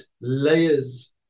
layers